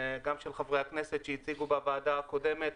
גם של חברי הכנסת שהציגו בוועדה הקודמת